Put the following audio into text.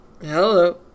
Hello